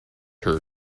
her